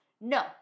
No